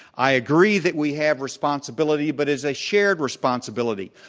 i agree that we have responsibility but it's a shared responsibility.